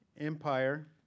Empire